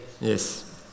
Yes